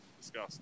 discuss